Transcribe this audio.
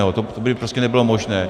To by prostě nebylo možné.